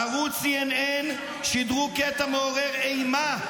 בערוץ CNN שידרו קטע מעורר אימה,